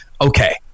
Okay